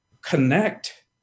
connect